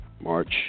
March